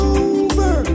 over